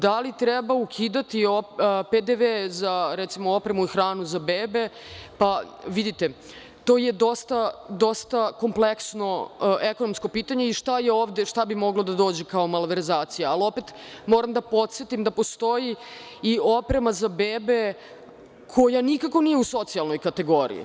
Da li treba ukidati PDV za opremu i hranu za bebe, vidite, to je dosta kompleksno ekonomsko pitanje i šta bi moglo da dođe kao malverzacija, ali, opet, moram da podsetim da postoji i oprema za bebe koja nikako nije u socijalnoj kategoriji.